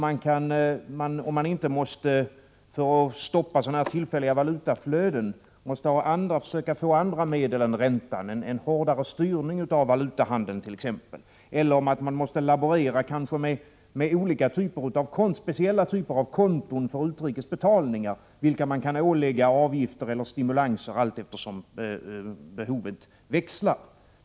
Man kanske måste — för att stoppa sådana tillfälliga valutaflöden — söka andra medel än räntan. Man kanske behöver ha en hårdare styrning av valutahandeln eller laborera med speciella typer av konton för utrikes betalningar som man kan avgiftsbelägga eller stimulera allteftersom behovet växlar.